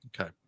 Okay